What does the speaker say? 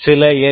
சில எல்